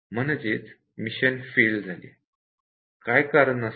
म्हणजेच mission fail झाले काय कारण असेल